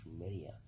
media